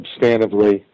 substantively